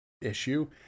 issue